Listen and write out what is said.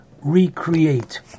recreate